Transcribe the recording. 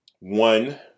One